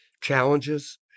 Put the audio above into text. challenges